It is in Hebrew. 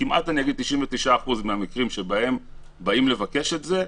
שב-99% מהמקרים שבהם באים לבקש את זה,